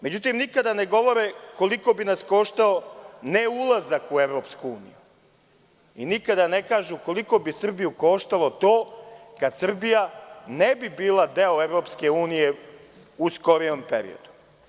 Međutim, nikada ne govore koliko bi nas koštao, ne ulazak u EU, već nikada ne kažu koliko bi Srbiju koštalo to kada Srbija ne bi bila deo EU u skorijem periodu.